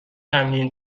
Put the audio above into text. غمگین